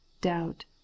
doubt